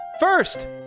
First